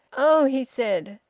oh! he said.